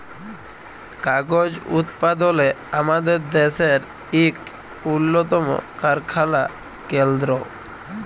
কাগজ উৎপাদলে আমাদের দ্যাশের ইক উল্লতম কারখালা কেলদ্র